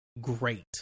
great